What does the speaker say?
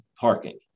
parking